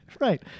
Right